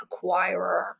acquirer